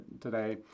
today